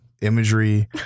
imagery